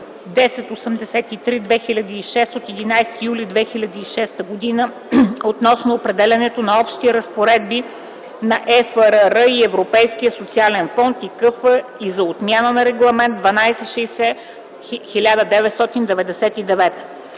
1083/2006 от 11 юли 2006 г. относно определянето на общи разпоредби за ЕФРР, Европейския социален фонд (ЕСФ) и КФ и за отмяна на Регламент (ЕО)